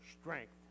strength